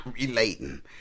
relating